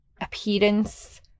appearance